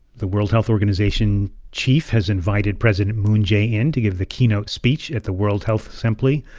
the world health organization chief has invited president moon jae-in to give the keynote speech at the world health assembly.